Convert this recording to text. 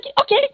Okay